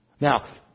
Now